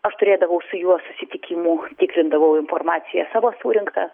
aš turėdavau su juo susitikimų tikrindavau informaciją savo surinktą